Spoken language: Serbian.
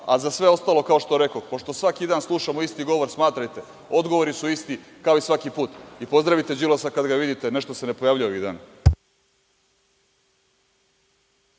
a za sve ostalo, kao što rekoh, pošto svaki dan slušamo isti govor, smatrajte – odgovori su isti kao i svaki put i pozdravite Đilasa kada ga vidite, nešto se ne pojavljuje ovih dana.